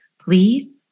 please